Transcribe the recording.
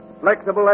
Flexible